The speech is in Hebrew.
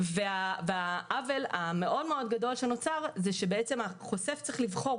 העוול הגדול מאוד שנוצר הוא שהחושף צריך לבחור,